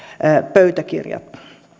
pöytäkirjat